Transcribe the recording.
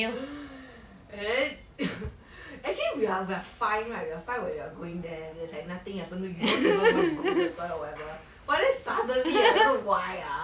actually we are like fine right you are fine when we were going there there was like nothing happening you don't even want to go to the toilet or whatever but then suddenly ah don't know why ah